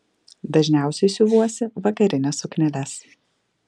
dažniausiai siuvuosi vakarines sukneles